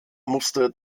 musste